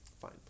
Fine